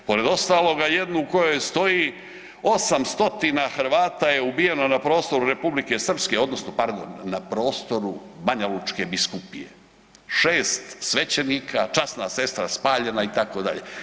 Pored ostaloga jednu u kojoj stoji 8 stotina Hrvata je ubijeno na prostoru Republike Srpske, odnosno pardon na prostoru Banjalučke biskupije 6 svećenika, časna sestra spaljena itd.